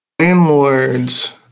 landlords